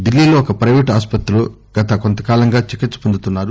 ఢిల్లీలో ఒక ప్రైవేటు ఆస్పత్రిలో గత కొంత కాలంగా చికిత్స పొందుతున్నారు